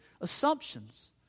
assumptions